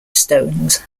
stones